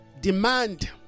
demand